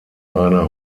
einer